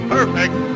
Perfect